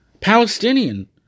Palestinian